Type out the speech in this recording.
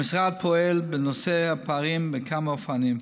המשרד פועל בנושא הפערים בכמה אופנים.